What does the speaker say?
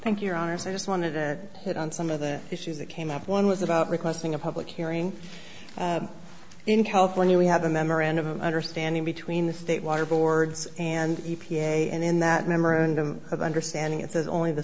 so i just wanted to hit on some of the issues that came up one was about requesting a public hearing in california we have a memorandum of understanding between the state water boards and e p a and in that memorandum of understanding it says only the